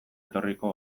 etorriko